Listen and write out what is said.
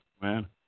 man